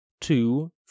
two